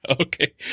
Okay